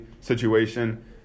situation